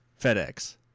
FedEx